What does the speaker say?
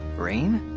rain.